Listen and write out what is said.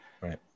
right